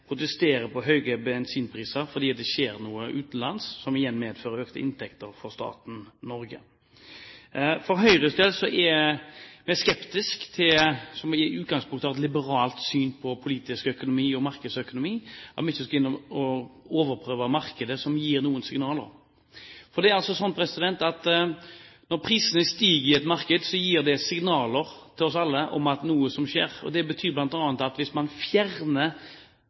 høye bensinpriser fordi det skjer noe utenlands, som igjen medfører inntekter for staten Norge. Høyre, som i utgangspunktet har et liberalt syn på politisk økonomi og markedsøkonomi, er skeptiske til å gå inn og overprøve markedet som gir noen signaler. For det er sånn at når prisene stiger i et marked, gir det signaler til oss alle om at noe skjer. Det betyr bl.a. at hvis man fjerner